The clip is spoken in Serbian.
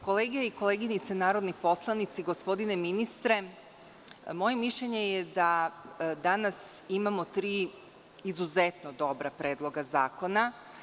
Kolege i koleginice narodni poslanici, gospodine ministre, moje mišljenje je da danas imamo tri izuzetno dobra predloga zakona.